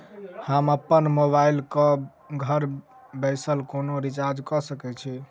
हम अप्पन मोबाइल कऽ घर बैसल कोना रिचार्ज कऽ सकय छी?